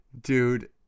Dude